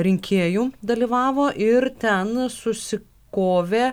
rinkėjų dalyvavo ir ten susikovė